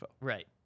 Right